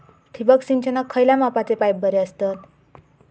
ठिबक सिंचनाक खयल्या मापाचे पाईप बरे असतत?